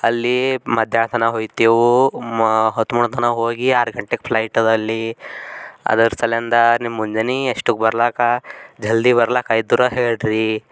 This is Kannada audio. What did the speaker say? ಅಲ್ಲಿ ಮಧ್ಯಾಹ್ನ ತನಕ ಹೋಗ್ತೇವೆ ಮ ಹೊತ್ತು ಮಧ್ಯಾಹ್ನ ಹೋಗಿ ಆರು ಗಂಟೆಗೆ ಫ್ಲೈಟ್ ಅದ ಅಲ್ಲಿ ಅದ್ರ ಸಲಿಂದಾ ನಿಮ್ಮ ಮುಂಜಾನೆ ಎಷ್ಟಕ್ಕೆ ಬರ್ಲಿಕ್ಕೆ ಜಲ್ದಿ ಬರ್ಲಿಕ್ಕೆ ಇದ್ದರು ಹೇಳಿರಿ